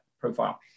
profile